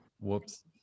Whoops